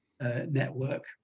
network